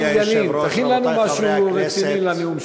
מכובדי היושב-ראש, חברי חברי הכנסת,